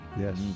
Yes